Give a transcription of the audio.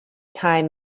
time